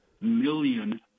million